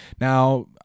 Now